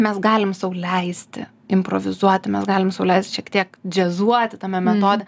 mes galim sau leisti improvizuoti mes galim sau leist šiek tiek džiazuoti tame metode